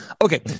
Okay